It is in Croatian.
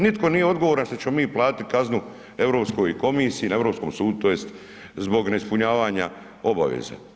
Nitko nije odgovoran što ćemo mi platiti kaznu Europskoj komisiji na europskom sudu tj. zbog neispunjavanja obveza.